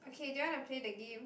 okay do you wanna play the game